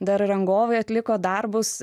dar rangovai atliko darbus